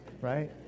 Right